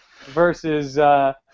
versus